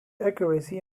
accuracy